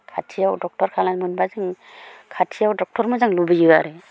खाथियाव दक्ट'र थानायमोनबा जों खाथियाव दक्ट'र मोजां लुबैयो आरो